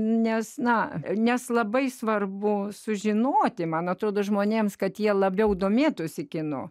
nes na nes labai svarbu sužinoti man atrodo žmonėms kad jie labiau domėtųsi kino